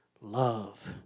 love